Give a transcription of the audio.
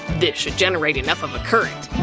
this should generate enough of a current.